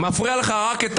רק הווליום מפריע לך,